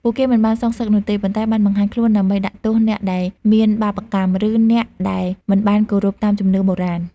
ពួកគេមិនបានសងសឹកនោះទេ ប៉ុន្តែបានបង្ហាញខ្លួនដើម្បីដាក់ទោសអ្នកដែលមានបាបកម្ម ឬអ្នកដែលមិនបានគោរពតាមជំនឿបុរាណ។